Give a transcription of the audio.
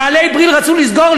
נעלי "בריל" רצו לסגור,